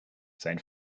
sein